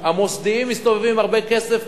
המוסדיים מסתובבים עם הרבה כסף,